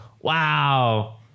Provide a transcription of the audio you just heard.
wow